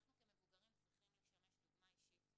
אנחנו כמבוגרים צריכים לשמש דוגמה אישית,